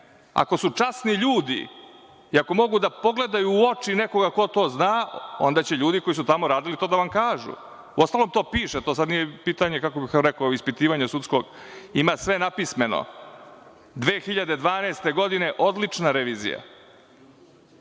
Ako su časni ljudi i ako mogu da pogledaju u oči nekoga ko to zna, onda će ljudi koji su tamo radili to da vam kažu. Uostalom, to piše, to nije pitanje sudskog ispitivanja. Ima sve napismeno. Godine 2012. odlična revizija,